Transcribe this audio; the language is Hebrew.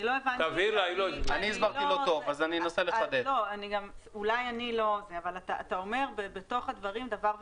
אתה אומר בתוך הדברים דבר והיפוכו.